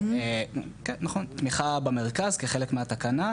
תמיכה במרכז כחלק מהתקנה,